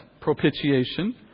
propitiation